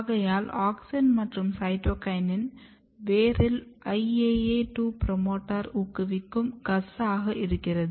ஆகையால் ஆக்சின் மற்றும் சைட்டோகினின் வேரில் IAA2 புரோமோட்டார் ஊக்குவிக்கும் GUS ஆக இருக்கிறது